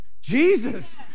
Jesus